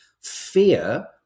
fear